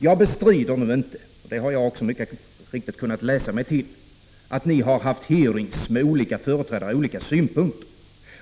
Jag bestrider inte — det har jag mycket riktigt kunnat läsa mig till — att ni har haft hearing med olika företrädare som haft olika synpunkter.